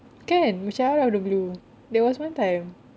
kan macam out of the blue there was one time